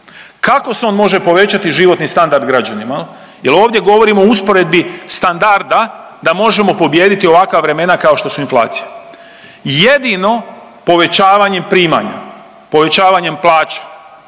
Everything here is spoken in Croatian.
Kako se on može povećati životni standard građanima jel ovdje govorimo o usporedbi standarda da možemo pobijediti ovakva vremena kao što su inflacija? Jedino povećavanjem primanja, povećavanjem plaća,